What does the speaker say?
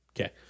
okay